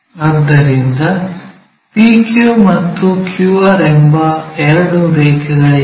ಆದ್ದರಿಂದ PQ ಮತ್ತು QR ಎಂಬ ಎರಡು ರೇಖೆಗಳಿವೆ